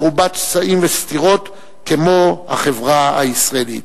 מרובת שסעים וסתירות, כמו החברה הישראלית.